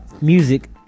music